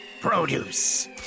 Produce